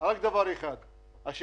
רק דבר אחד: השיקום.